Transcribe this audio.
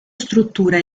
struttura